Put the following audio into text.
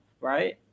right